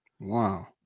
Wow